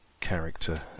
character